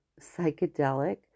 psychedelic